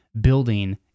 building